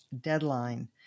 deadline